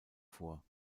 vor